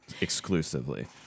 exclusively